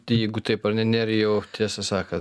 jeigu taip ar ne nerijau tiesą sakan